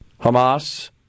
Hamas